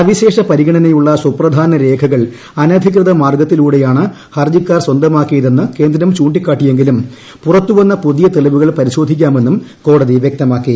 സവിശേഷ പരിഗണനയുള്ള സുപ്രധാന രേഖകൾ അനധികൃത ഹർജിക്കാർ സ്വന്തമാക്കിയതെന്ന് കേന്ദ്രം ചൂണ്ടിക്കാട്ടിയെങ്കിലും പുറത്തു വന്ന പുതിയ തെളിവുകൾ പരിശോധിക്കാമെന്നും കോടതി വ്യക്തമാക്കി